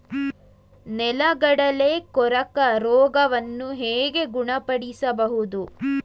ನೆಲಗಡಲೆ ಕೊರಕ ರೋಗವನ್ನು ಹೇಗೆ ಗುಣಪಡಿಸಬಹುದು?